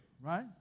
Right